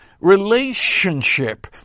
relationship